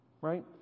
right